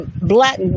black